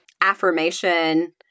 affirmation